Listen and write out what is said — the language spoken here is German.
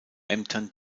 ämtern